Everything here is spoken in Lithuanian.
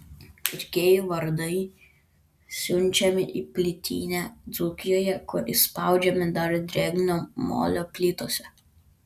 pirkėjų vardai siunčiami į plytinę dzūkijoje kur įspaudžiami dar drėgno molio plytose